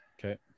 okay